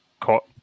caught